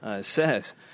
says